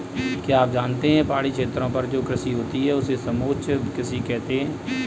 क्या आप जानते है पहाड़ी क्षेत्रों पर जो कृषि होती है उसे समोच्च कृषि कहते है?